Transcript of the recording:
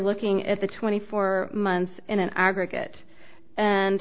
looking at the twenty four months in an aggregate and